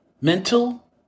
mental